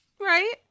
right